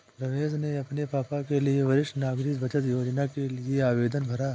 रमेश ने अपने पापा के लिए वरिष्ठ नागरिक बचत योजना के लिए आवेदन भरा